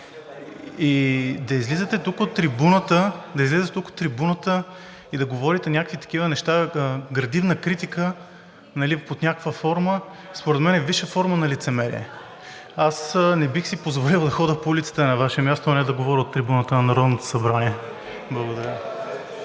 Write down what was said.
Да излизате тук от трибуната и да говорите някакви такива неща – градивна критика под някаква форма, според мен е висша форма на лицемерие. Аз не бих си позволил да ходя по улиците на Ваше място, а не да говоря от трибуната на Народното събрание. Благодаря.